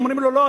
אומרים לו: לא,